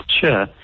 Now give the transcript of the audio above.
Sure